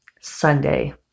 Sunday